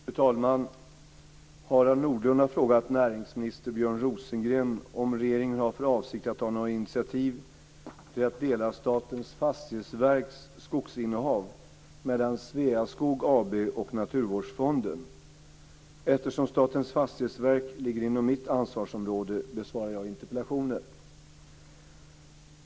Fru talman! Harald Nordlund har frågat näringsminister Björn Rosengren om regeringen har för avsikt att ta några initiativ till att dela Statens fastighetsverks skogsinnehav mellan Sveaskog AB och Naturvårdsfonden. Eftersom Statens fastighetsverk ligger inom mitt ansvarsområde besvarar jag interpellationen.